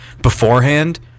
beforehand